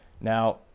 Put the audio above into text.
Now